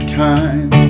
time